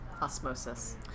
Osmosis